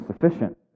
sufficient